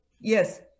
Yes